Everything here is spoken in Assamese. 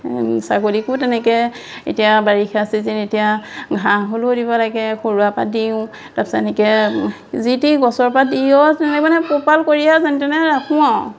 ছাগলীকো তেনেকে এতিয়া বাৰিষা চিজিন এতিয়া ঘাঁহ হ'লেও দিব লাগে খৰুৱা পাত দিওঁ তাৰপিছত এনেকে যিটি গছৰ পাত দিওঁ সেই মানে পোপাল কৰিয়ে যেনে তেনে ৰাখোঁ আও